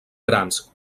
grans